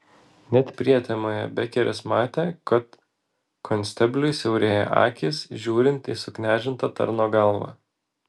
net prietemoje bekeris matė kad konstebliui siaurėja akys žiūrint į suknežintą tarno galvą